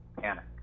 panic